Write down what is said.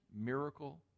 miracle